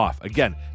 Again